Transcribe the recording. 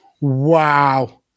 Wow